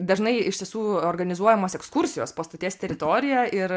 dažnai iš tiesų organizuojamos ekskursijos po stoties teritoriją ir